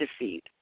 defeat